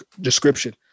description